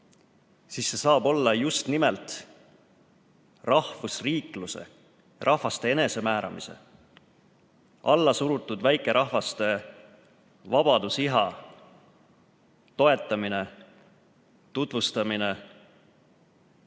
siis see saab olla just nimelt rahvusriikluse, rahvaste enesemääramise, allasurutud väikerahvaste vabadusiha toetamine, tutvustamine,